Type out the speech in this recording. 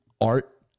art